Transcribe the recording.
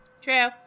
True